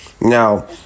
now